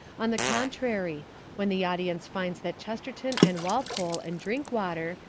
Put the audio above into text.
on the contrary when the audience finds that chesterton and walpole and drinkwater,